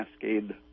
cascade